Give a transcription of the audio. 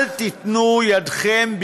אל תיתנו ידכם,